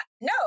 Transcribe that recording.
no